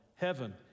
Heaven